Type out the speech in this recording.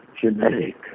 genetic